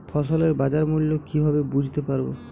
ফসলের বাজার মূল্য কিভাবে বুঝতে পারব?